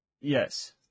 Yes